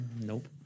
Nope